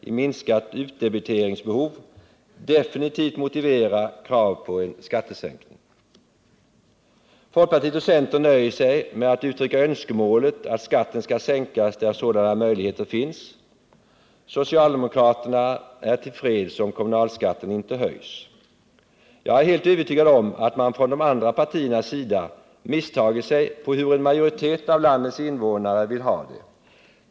i minskat utdebiteringsbehov definitivt motivera krav på en skattesänkning. Folkpartiet och centern nöjer sig med att uttrycka önskemålet att skatten skall sänkas där sådana möjligheter finns. Socialdemokraterna är tillfreds om kommunalskatten inte höjs. Jag är helt övertygad om att man från de andra partiernas sida misstagit sig på hur en majoritet av landets invånare vill ha det.